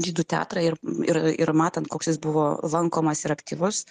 žydų teatrą ir ir ir matant koks jis buvo lankomas ir aktyvus